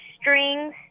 strings